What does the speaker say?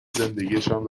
زندگیشان